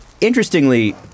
interestingly